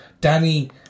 Danny